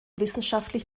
wissenschaftlich